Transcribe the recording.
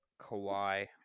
Kawhi